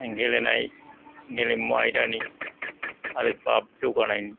गेलेनाय गेलेमु आयदानि आरो क्लाब जौगानाय